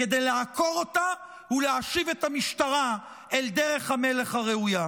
כדי לעקור אותה ולהשיב את המשטרה אל דרך המלך הראויה.